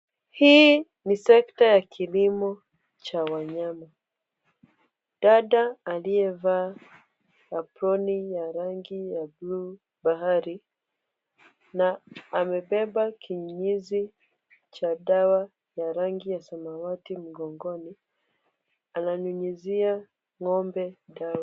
Hii ni sekta ya kilimo cha wanyama. Dada aliyevaa aproni ya rangi ya bluu bahari na amebeba kinyunyizi cha dawa ya rangi ya samawati mgongoni, ananyunyizia ng'ombe dawa.